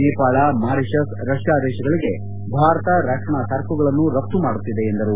Nepal Mauritius Russia ದೇಶಗಳಿಗೆ ಭಾರತ ರಕ್ಷಣಾ ಸರಕುಗಳನ್ನು ರಘ್ತು ಮಾಡುತ್ತಿದೆ ಎಂದರು